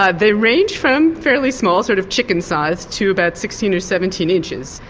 ah they range from fairly small, sort of chicken-size, to about sixteen or seventeen inches.